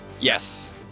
Yes